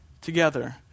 together